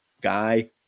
guy